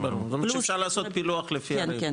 פלוס --- אני חושב שאפשר לעשות פילוח לפי ערים,